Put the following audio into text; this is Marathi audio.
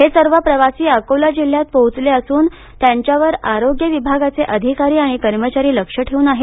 हे सर्व प्रवासी अकोला जिल्ह्यात पोहचले असून त्यांच्यावर आरोग्य विभागाचे अधिकारी कर्मचारी लक्ष ठेवून आहेत